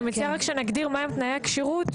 אני מציעה רק שנגדיר מהם תנאי הכשירות,